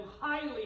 highly